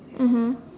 mmhmm